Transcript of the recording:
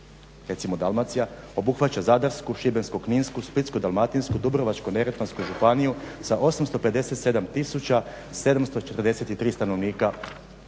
recimo Dalmacija obuhvaća Zadarsku, Šibensko-kninsku, Splitsko-dalmatinsku, Dubrovačko-neretvansku županiju sa 857 tisuća 743 stanovnika